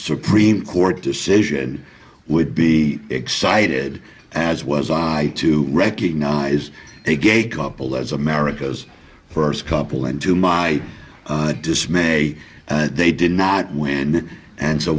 supreme court decision would be excited as was i to recognize a gay couple as america's first couple and to my dismay they did not win and so